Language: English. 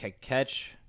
catch